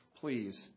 Please